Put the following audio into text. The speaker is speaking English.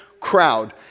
crowd